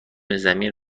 زمین